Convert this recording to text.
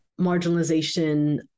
marginalization